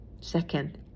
Second